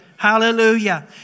Hallelujah